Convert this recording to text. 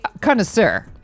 connoisseur